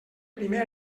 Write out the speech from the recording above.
primer